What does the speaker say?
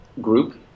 group